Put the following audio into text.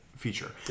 Feature